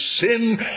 sin